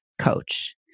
coach